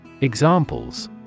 Examples